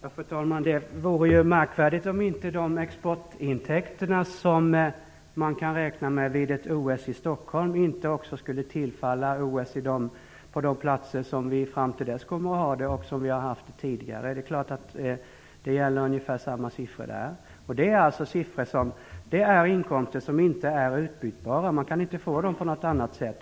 Fru talman! Det vore märkvärdigt om inte de exportintäkter som man kan räkna med vid ett OS i Stockholm inte skulle tillfalla OS på de platser som fram till dess kommer att ha det och som har haft det tidigare. Det gäller ungefär samma siffror där. Det är inkomster som inte är utbytbara. Man kan inte få dem på något annat sätt.